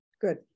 Good